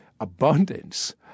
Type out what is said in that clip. abundance